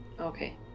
Okay